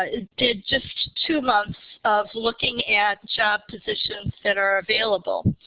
ah did just two months of looking at job positions that are available.